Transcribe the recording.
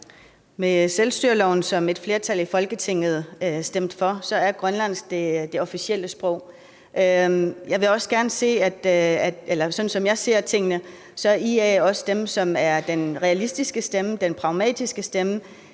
Med selvstyreloven, som et flertal i Folketinget stemte for, er grønlandsk det officielle sprog. Sådan som jeg ser tingene, er IA også dem, som er den realistiske stemme, den pragmatiske stemme